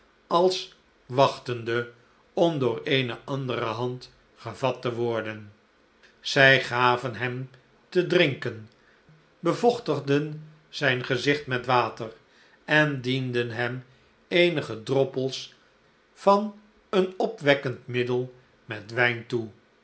als wachtende om door eene andere hand gevat te worden zij gaven hem te drink en bevochtigden zijn gezicht met water en dienden hem eenige droppels'van een opwekkend middel met wijn